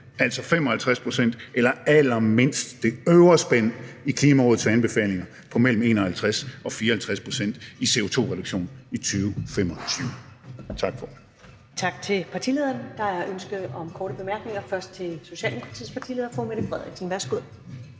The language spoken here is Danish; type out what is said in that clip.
altså 55 pct., eller allermindst det øvre spænd i Klimarådets anbefalinger på mellem 51 og 54 pct. i CO2-reduktion i 2025. Tak for